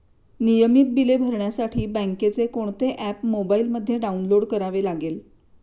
नियमित बिले भरण्यासाठी बँकेचे कोणते ऍप मोबाइलमध्ये डाऊनलोड करावे लागेल?